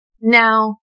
Now